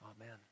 amen